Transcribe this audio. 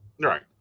right